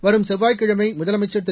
வரும் செவ்வாய்க்கிழமை முதலமைச்சர் திரு